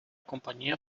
compañía